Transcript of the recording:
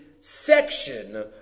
section